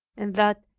and that,